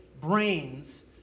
brains